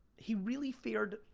he really feared,